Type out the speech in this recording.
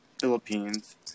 Philippines